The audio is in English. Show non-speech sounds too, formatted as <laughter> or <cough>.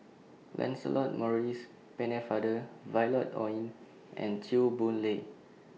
Lancelot Maurice Pennefather Violet Oon <noise> and Chew Boon Lay